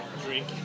Drink